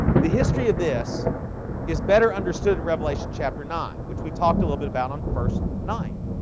the history of this is better understood in revelation chapter nine which we talked a little bit about on first night